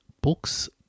books